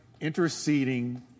interceding